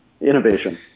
innovation